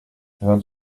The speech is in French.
vingt